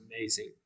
amazing